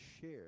share